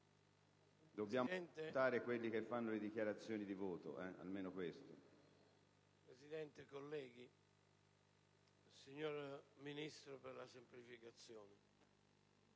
Presidente, signor Ministro per la semplificazione